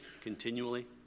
continually